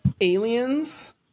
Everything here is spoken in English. Aliens